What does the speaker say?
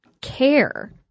care